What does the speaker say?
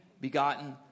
begotten